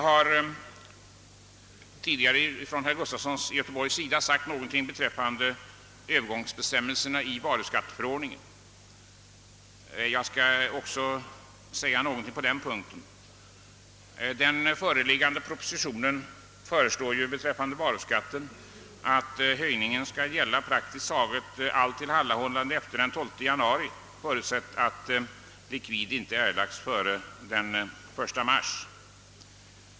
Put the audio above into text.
Herr Gustafson i Göteborg har tidigare talat om övergångsbestämmelserna i varuskatteförordningen. Jag skall också säga någonting på den punkten. Den föreliggande propositionen föreslår att höjningen av varuskatten skall gälla praktiskt taget allt tillhandahållande efter den 12 januari, förutsatt att likvid inte erlagts före den 1 mars.